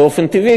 באופן טבעי,